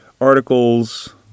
articles